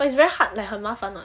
but it's very hard like 很麻烦 mah